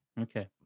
Okay